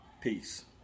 peace